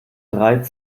drei